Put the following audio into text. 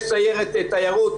יש סיירת תיירות,